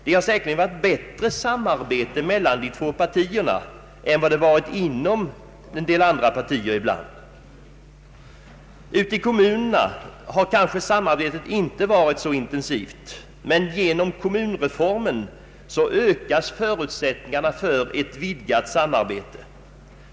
Det har säkerligen varit bättre samarbete mellan de två mittenpartierna än det varit inom en del andra partier ibland. Ute i kommunerna har kanske samarbetet inte varit så intensivt, men genom kommunreformen ökas förutsättningarna för ett vidgat samarbete.